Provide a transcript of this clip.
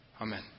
amen